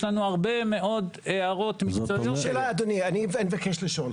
יש לנו הרבה מאוד הערות מקצועיות -- אני מבקש לשאול.